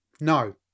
No